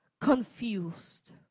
confused